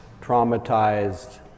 traumatized